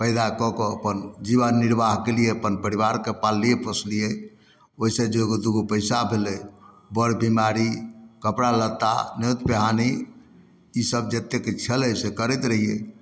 पैदा कऽ कऽ अपन जीवन निर्वाह केलिए अपन परिवारके पाललिए पोसलिए ओहिसँ जे एगो दुइगो पैसा भेलै बड़ बेमारी कपड़ा लत्ता नोत पिहानी ईसब जतेक छलै से करैत रहिए